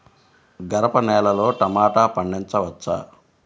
గరపనేలలో టమాటా పండించవచ్చా?